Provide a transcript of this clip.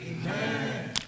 Amen